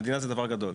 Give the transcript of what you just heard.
המדינה זה דבר גדול.